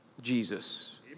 Jesus